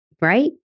right